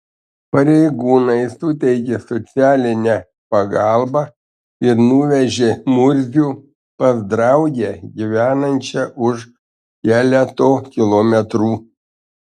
pareigūnai suteikė socialinę pagalbą ir nuvežė murzių pas draugę gyvenančią už keleto kilometrų